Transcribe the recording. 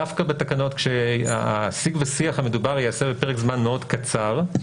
דווקא בתקנות כשהשיג ושיח המדובר ייעשה בפרק זמן מאוד קצר,